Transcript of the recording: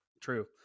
True